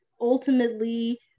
ultimately